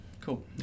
cool